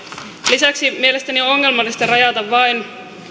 lisäksi mielestäni on ongelmallista rajata vain